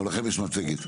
גם לכם יש מצגת.